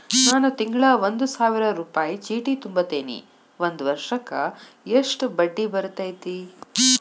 ನಾನು ತಿಂಗಳಾ ಒಂದು ಸಾವಿರ ರೂಪಾಯಿ ಚೇಟಿ ತುಂಬತೇನಿ ಒಂದ್ ವರ್ಷಕ್ ಎಷ್ಟ ಬಡ್ಡಿ ಬರತೈತಿ?